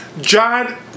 John